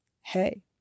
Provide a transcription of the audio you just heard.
hey